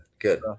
Good